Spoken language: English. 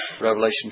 Revelation